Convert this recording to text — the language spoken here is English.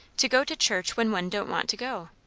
to go to church when one don't want to go?